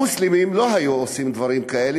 המוסלמים לא היו עושים דברים כאלה,